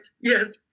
Yes